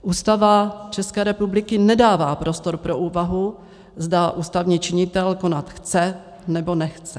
Ústava České republiky nedává prostor pro úvahu, zda ústavní činitel konat chce, nebo nechce.